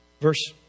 Verse